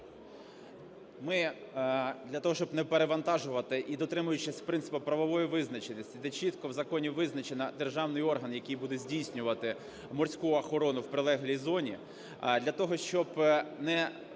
Ми для того, щоб не перевантажувати і дотримуючись принципу правової визначеності, де чітко в законі визначено державний орган, який буде здійснювати морську охорону в прилеглій зоні, для того, щоб не вступати